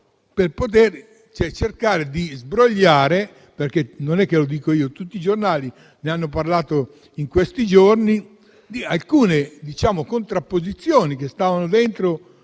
con cui cercavano di sbrogliare - non lo dico io, ma tutti i giornali ne hanno parlato in questi giorni - alcune contrapposizioni che stavano dentro